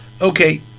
Okay